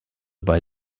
bei